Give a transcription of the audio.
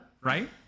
right